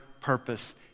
purpose